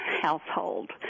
household